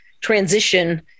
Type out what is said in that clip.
transition